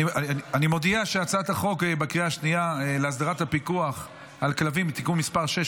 אני מודיע שהצעת החוק להסדרת הפיקוח על כלבים (תיקון מס' 6,